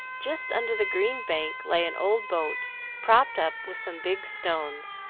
just under the green bank lay an old boat propped up with some big stones.